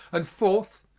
and, fourth,